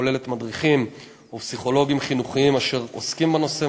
הכוללת מדריכים ופסיכולוגים חינוכיים אשר עוסקים בנושא,